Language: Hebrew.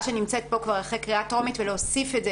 שנמצאת כאן כבר אחרי קריאה טרומית ולהוסיף את זה,